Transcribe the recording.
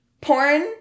porn